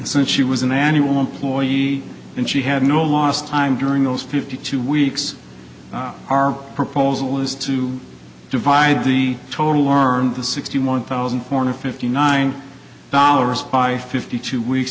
since she was an annual employee and she had no last time during those fifty two weeks our proposal is to divide the total or the sixty one thousand four hundred fifty nine dollars by fifty two weeks